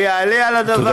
היעלה על הדעת?